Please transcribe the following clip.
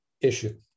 issue